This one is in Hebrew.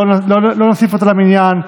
לא נוסיף אותה למניין,